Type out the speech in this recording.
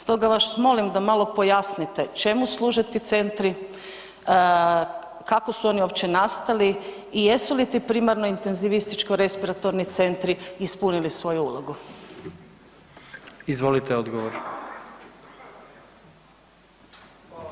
Stoga vas molim da malo pojasnite čemu služe ti centri, kako su oni uopće nastali i jesu li ti primarno intenzivističko-respiratornim centri ispunili svoju ulogu?